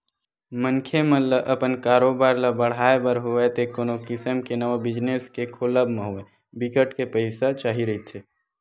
मनखे मन ल अपन कारोबार ल बड़हाय बर होवय ते कोनो किसम के नवा बिजनेस के खोलब म होवय बिकट के पइसा चाही रहिथे